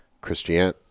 Christian